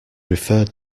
referred